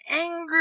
angry